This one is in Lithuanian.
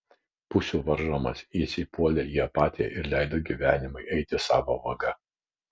pusių varžomas jis įpuolė į apatiją ir leido gyvenimui eiti savo vaga